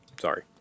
Sorry